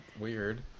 weird